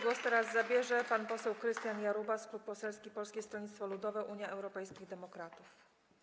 Głos teraz zabierze pan poseł Krystian Jarubas, Klub Poselski Polskiego Stronnictwa Ludowego - Unii Europejskich Demokratów.